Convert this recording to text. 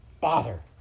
Bother